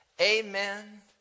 amen